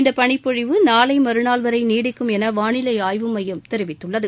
இந்த பளிப்பொழிவு நாளை மறுநாள் வரை நீடிக்கும் என வாளிலை ஆய்வு எம்பம் தெரிவித்துள்ளது